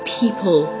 people